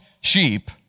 sheep